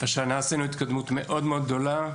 השנה עשינו התקדמות מאוד מאוד גדולה.